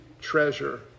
treasure